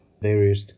various